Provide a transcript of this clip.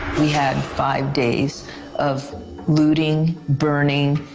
we had five days of looting, burning,